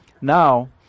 Now